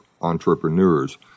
entrepreneurs